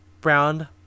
brown